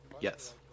Yes